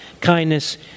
kindness